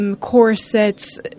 corsets